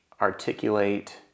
articulate